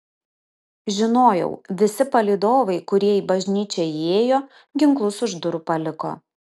žinojau visi palydovai kurie į bažnyčią įėjo ginklus už durų paliko